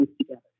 together